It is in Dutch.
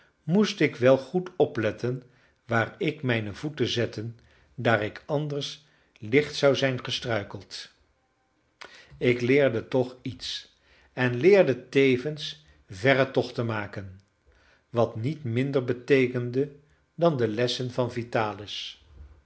moest ik wel goed opletten waar ik mijne voeten zette daar ik anders licht zou zijn gestruikeld ik leerde toch iets en leerde tevens verre tochten maken wat niet minder beteekende dan de lessen van vitalis